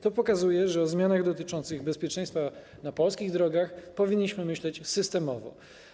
To pokazuje, że o zmianach dotyczących bezpieczeństwa na polskich drogach powinniśmy myśleć systemowo.